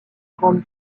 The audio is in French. grandes